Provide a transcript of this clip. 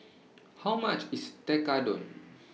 How much IS Tekkadon